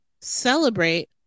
celebrate